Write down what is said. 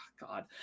God